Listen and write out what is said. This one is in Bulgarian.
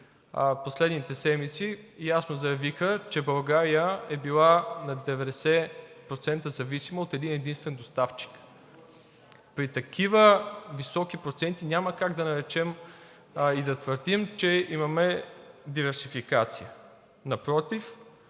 последните седмици ясно заявиха, че България е била 90% зависима от един-единствен доставчик. При такива високи проценти няма как да наречем и да твърдим, че имаме диверсификация. Напротив,